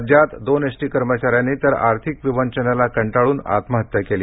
राज्यात दोन एसटी कर्मचार्यांतनी तर आर्थिक विवंचनेला कंटाळून आत्महत्या केली